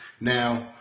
Now